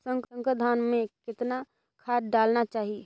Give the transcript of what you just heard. संकर धान मे कतना खाद डालना चाही?